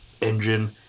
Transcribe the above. engine